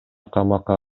камакка